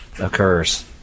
occurs